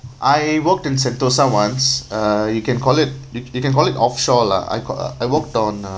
I worked in sentosa once uh you can call it y~ you can call it offshore lah I got uh I worked on